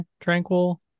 Tranquil